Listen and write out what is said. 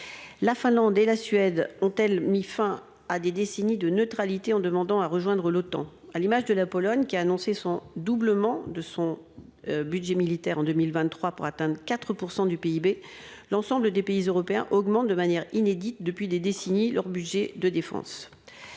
La Finlande et la Suède ont-elles mis fin à des décennies de neutralité en demandant à rejoindre l'OTAN, à l'image de la Pologne qui a annoncé son doublement de son. Budget militaire en 2023 pour atteindre 4% du PIB. L'ensemble des pays européens augmentent de manière inédite depuis des décennies leur budget de défense.